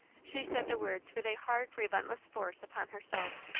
she said the words with a hard, relentless force upon herself.